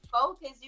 focus